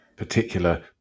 particular